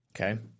Okay